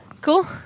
Cool